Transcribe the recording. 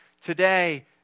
Today